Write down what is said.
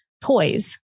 toys